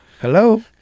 hello